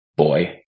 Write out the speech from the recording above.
boy